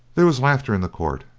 there was laughter in the court,